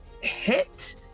hit